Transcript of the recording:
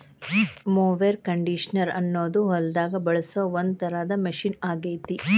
mower conditioner ಅನ್ನೋದು ಹೊಲದಾಗ ಬಳಸೋ ಒಂದ್ ತರದ ಮಷೇನ್ ಆಗೇತಿ